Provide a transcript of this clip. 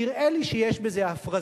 נראה לי שיש בזה הפרזה.